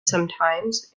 sometimes